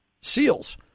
seals